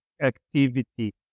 activity